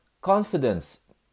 confidence